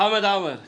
חמד עמאר בבקשה.